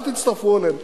אל תצטרפו אליהם,